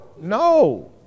no